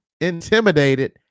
intimidated